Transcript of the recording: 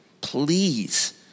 Please